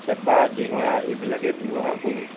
চেপা ডিঙৰা এইবিলাকেই ব্যৱহাৰ কৰোঁ